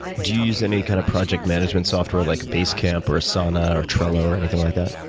do you use any kind of project management software, like a basecamp or a sauna or trello or anything like that?